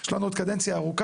יש לנו עוד קדנציה ארוכה,